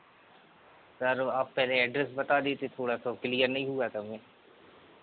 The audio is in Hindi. सर आप पहले एड्रैस बता देते थोड़ा तो क्लियर नहीं हुआ था सर